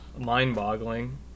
mind-boggling